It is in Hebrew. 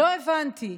לא הבנתי.